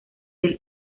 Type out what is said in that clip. del